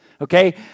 Okay